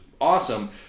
awesome